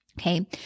Okay